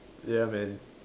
ya man